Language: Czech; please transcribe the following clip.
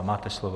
Máte slovo.